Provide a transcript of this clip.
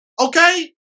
okay